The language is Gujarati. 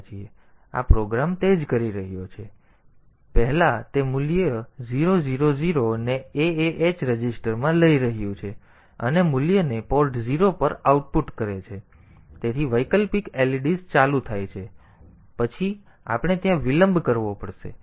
તેથી તે શું કરે છે તે પહેલા તે મૂલ્ય 000 ને aah રજિસ્ટરમાં લઈ રહ્યું છે અને મૂલ્યને પોર્ટ 0 પર આઉટપુટ કરે છે તેથી વૈકલ્પિક leds ચાલુ થાય છે પછી આપણે ત્યાં વિલંબ કરવો પડશે